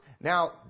Now